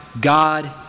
God